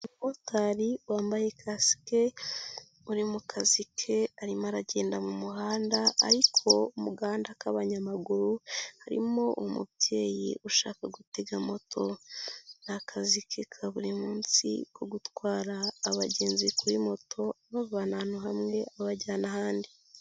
Umumotari wambaye kasike uri mu kazi ke, arimo aragenda mu muhanda ariko umuhanda k'abanyamaguru, harimo umubyeyi ushaka gutega moto n'akazi ke ka buri munsi ko gutwara abagenzi kuri moto bava ahantu hamwe abajyana ahandi.